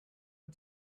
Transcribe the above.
had